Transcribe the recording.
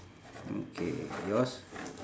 okay yours